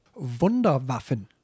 Wunderwaffen